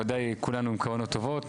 בוודאי כולנו עם כוונות טובות,